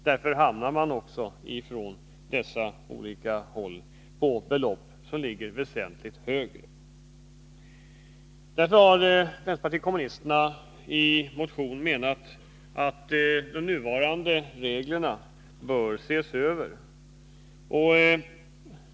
Därför hamnar också dessa olika organ på belopp som ligger väsentligt högre. Vänsterpartiet kommunisterna har i en motion ansett att de nuvarande reglerna bör ses över.